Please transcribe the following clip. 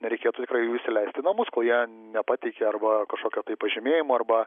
nereikėtų tikrai jų įsileisti į namus kol jie nepateikė arba kažkokio pažymėjimo arba